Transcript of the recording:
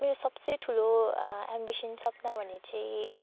मेरो सबसे ठुलो एम्बिसन सपना भने चाहिँ